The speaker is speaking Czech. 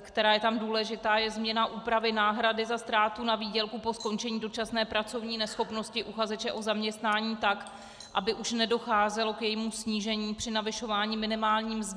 která je tam důležitá, je změna úpravy náhrady za ztrátu na výdělku po skončení dočasné pracovní neschopnosti uchazeče o zaměstnání tak, aby už nedocházelo k jejímu snížení při navyšování minimální mzdy.